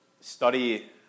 study